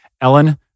Ellen